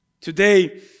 Today